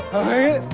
ok,